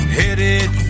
headed